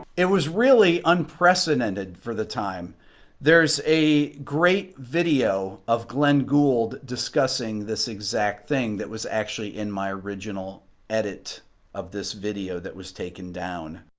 it was really unprecedented for the time there's a great video of glenn gould discussing this exact thing that was actually in my original edit of this video that was taken down